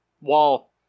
wall